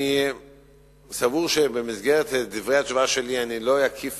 אני סבור שבמסגרת דברי התשובה שלי אני לא אקיף